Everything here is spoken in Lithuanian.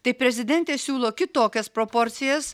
tai prezidentė siūlo kitokias proporcijas